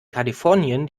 kalifornien